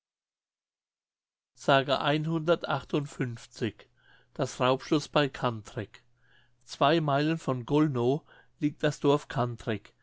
das raubschloß bei cantrek zwei meilen von gollnow liegt das dorf cantrek